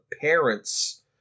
parents